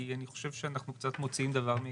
אני חושב שאנחנו קצת מוציאים דבר מהקשרו.